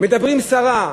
מדברים סרה,